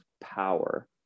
power